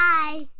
Bye